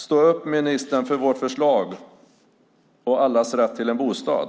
Stå upp, ministern, för vårt förslag och för allas rätt till en bostad!